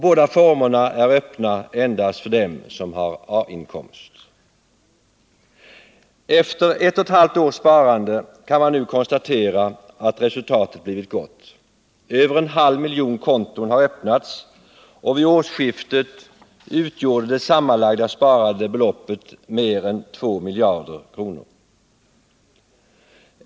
Båda formerna är öppna endast för dem som har A-inkomster. Efter ett och ett halvt års sparande kan man nu konstatera att resultatet blivit gott. Över en halv miljon konton har öppnats, och vid årsskiftet utgjorde det sammanlagda sparade beloppet mer än 2 miljarder kronor.